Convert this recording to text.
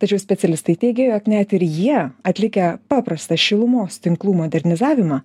tačiau specialistai teigia jog net ir jie atlikę paprastą šilumos tinklų modernizavimą